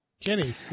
Kenny